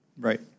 Right